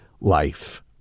life